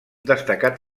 destacat